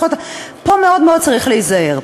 פה מאוד מאוד צריך להיזהר.